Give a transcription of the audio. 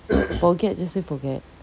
forget just say forget